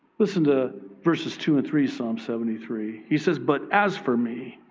listen to verses two and three, psalm seventy three, he says, but as for me,